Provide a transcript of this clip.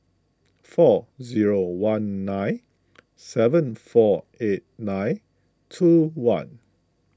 four zero one nine seven four eight nine two one